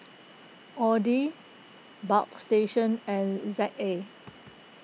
Audi Bagstationz and Z A